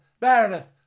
Meredith